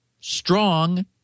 strong